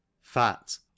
fat